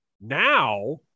Now